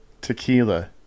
tequila